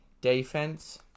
defense